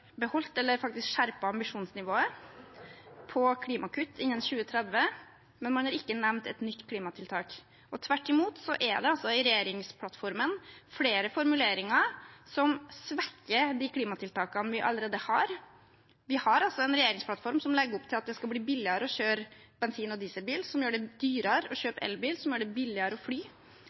beholdt, eller faktisk skjerpet, ambisjonsnivået på klimakutt innen 2030, men man har ikke nevnt et nytt klimatiltak. Tvert imot er det i regjeringsplattformen flere formuleringer som svekker de klimatiltakene vi allerede har. Vi har altså en regjeringsplattform som legger opp til at det skal bli billigere å kjøre bensin- og dieselbiler, som gjør det dyrere å kjøpe elbil, og som gjør det billigere å fly.